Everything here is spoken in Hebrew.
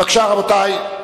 בבקשה, רבותי.